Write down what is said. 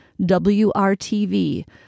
WRTV